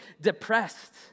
depressed